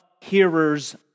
hearers